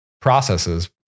processes